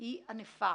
היא ענפה.